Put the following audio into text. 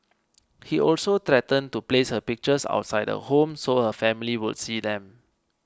he also threatened to place her pictures outside her home so her family would see them